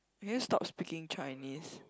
can you stop speaking Chinese